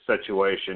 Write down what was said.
situation